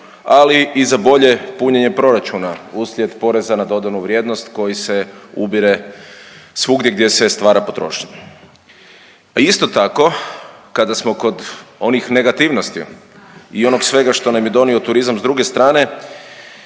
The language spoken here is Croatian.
ali i za bolje punjenje proračuna uslijed poreza na dodanu vrijednost koji se ubire svugdje gdje se stvara potrošnja. Isto tako kada smo kod onih negativnosti i onog svega što nam je donio turizam s druge strane,